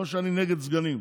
לא שאני נגד סגנים,